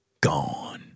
gone